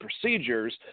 procedures